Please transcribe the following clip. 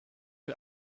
mit